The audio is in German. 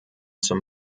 zum